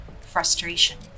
frustration